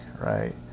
right